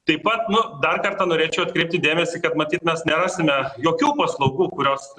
taip pat nu dar kartą norėčiau atkreipti dėmesį kad matyt mes nerasime jokių paslaugų kurios